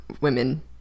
women